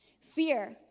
fear